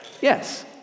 Yes